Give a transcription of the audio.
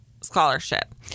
scholarship